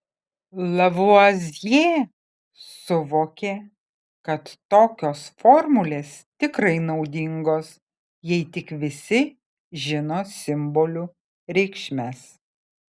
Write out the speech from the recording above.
lavuazjė suvokė kad tokios formulės tikrai naudingos jei tik visi žino simbolių reikšmes